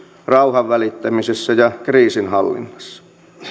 rauhanvälittämisessä ja kriisinhallinnassa